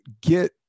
get